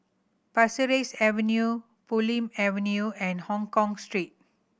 Pasir Ris Avenue Bulim Avenue and Hongkong Street